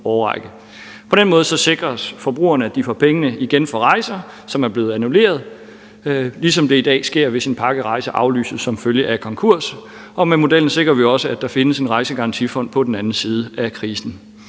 På den måde sikres forbrugerne, at de får pengene igen for rejser, som er blevet annulleret, ligesom det i dag sker, hvis en pakkerejse aflyses som følge af konkurs. Med modellen sikrer vi også, at der findes en Rejsegarantifond på den anden side af krisen.